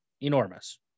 enormous